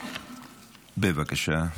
בבקשה.